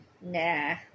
Nah